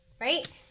right